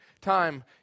time